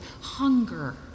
Hunger